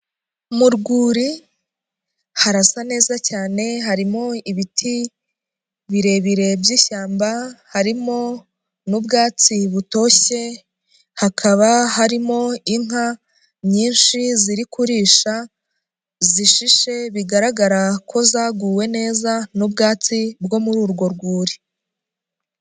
Mu rwuri harasa neza cyane harimo ibiti birebire by'ishyamba, harimo n'ubwatsi butoshye hakaba harimo inka nyinshi ziri kurisha zishishe, bigaragara ko zaguwe neza n'ubwatsi bwo muri urwo rwuri.